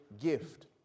Gift